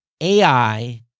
AI